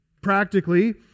Practically